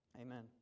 Amen